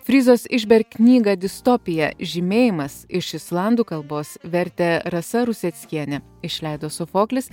frizos ižberg knygą distopija žymėjimas iš islandų kalbos vertė rasa ruseckienė išleido sofoklis